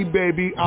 baby